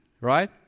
right